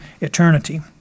eternity